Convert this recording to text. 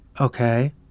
Okay